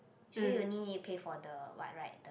so you need it pay for the what right the